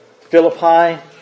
Philippi